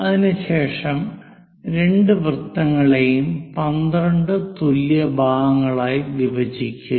അതിനുശേഷം രണ്ട് വൃത്തങ്ങളെയും 12 തുല്യ ഭാഗങ്ങളായി വിഭജിക്കുക